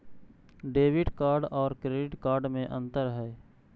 Debit card और credit card में अन्तर है?